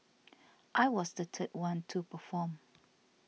I was the third one to perform